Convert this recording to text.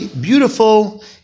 beautiful